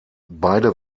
beide